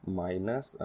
minus